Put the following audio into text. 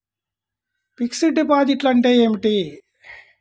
Fixed డిపాజిట్లు అంటే ఏమిటి?